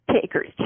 takers